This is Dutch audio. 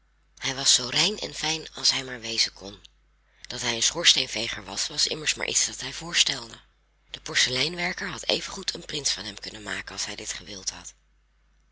hij was zoo rein en fijn als hij maar wezen kon dat hij een schoorsteenveger was was immers maar iets dat hij voorstelde de porseleinwerker had even goed een prins van hem kunnen maken als hij dit gewild had